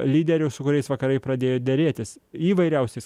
lyderiu su kuriais vakarai pradėjo derėtis įvairiausiais